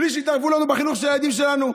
בלי שיתערבו לנו בחינוך של הילדים שלנו,